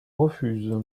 refuse